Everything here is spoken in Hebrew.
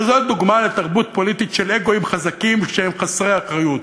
וזאת דוגמה לתרבות פוליטית של אגואים חזקים שהם חסרי אחריות.